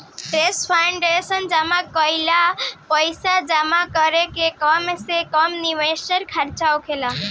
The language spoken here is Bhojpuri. ट्रस्ट फंड में जमा कईल पइसा समाज कल्याण के काम में नियमानुसार खर्चा होला